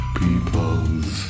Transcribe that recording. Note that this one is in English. peoples